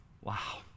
Wow